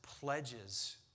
pledges